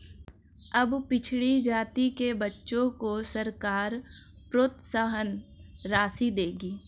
अब पिछड़ी जाति के बच्चों को सरकार प्रोत्साहन राशि देगी